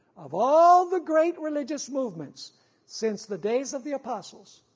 of all the great religious movements since the days of the apostles,